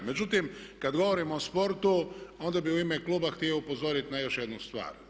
Međutim, kad govorimo o sportu onda bi u ime kluba htio upozoriti na još jednu stvar.